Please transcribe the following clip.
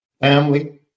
Family